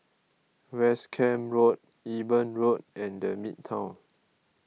West Camp Road Eben Road and the Midtown